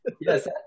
Yes